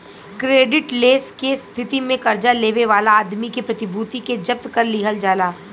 credit less के स्थिति में कर्जा लेवे वाला आदमी के प्रतिभूति के जब्त कर लिहल जाला